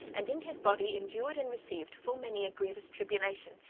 and in his body endured and received full many a grievous tribulation,